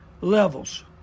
levels